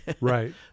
right